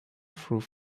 through